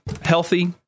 healthy